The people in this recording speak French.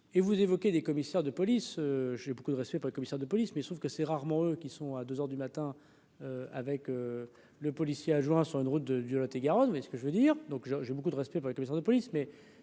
et vous évoquez des commissaires de police, j'ai beaucoup de respect pour commissaire de police, mais je trouve que c'est rarement, eux qui sont à deux heures du matin avec le policier a joint sur une route de du Lot-et-Garonne, mais ce que je veux dire, donc je j'ai beaucoup de respect pour les commissaires de police, mais